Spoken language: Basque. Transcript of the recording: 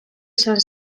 izan